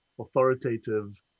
authoritative